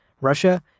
Russia